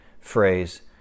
phrase